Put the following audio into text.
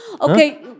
Okay